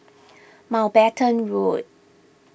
Mountbatten Road